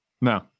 No